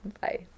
Bye